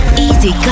Easy